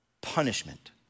punishment